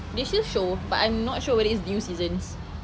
they still show but I'm not sure whether it's new seasons